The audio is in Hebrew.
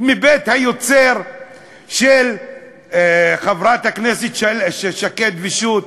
מבית היוצר של חברת הכנסת שקד ושות'.